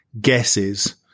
guesses